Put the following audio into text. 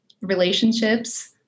relationships